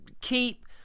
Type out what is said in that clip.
keep